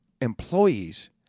employees